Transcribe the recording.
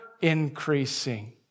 increasing